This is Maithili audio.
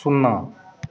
शुन्ना